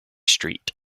street